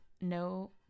no